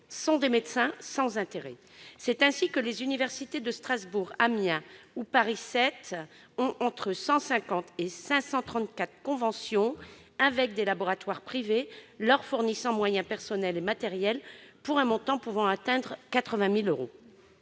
sont des médecins sans intérêt » prévaut trop souvent. C'est ainsi que les universités de Strasbourg, d'Amiens ou de Paris VII ont signé entre 150 et 534 conventions avec des laboratoires privés leur fournissant moyens humains et matériels, pour un montant pouvant atteindre 80 000 euros.